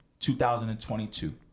2022